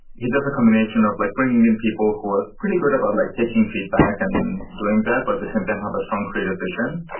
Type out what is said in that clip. he does a combination of like bringing in people who are pretty good about like taking feedback and doing that, but at the same time have a strong creative vision.